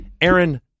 Aaron